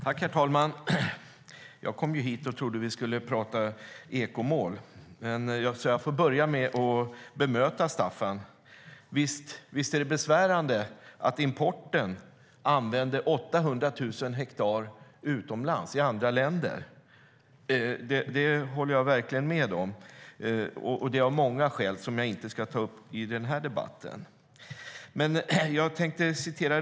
Herr talman! Jag kom hit och trodde att vi skulle prata om ekomål. Jag får börja med att bemöta Staffan. Visst är det besvärande att importen använder 800 000 hektar utomlands. Det håller jag verkligen med om av många skäl som jag inte ska ta upp i den här debatten.